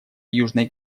южной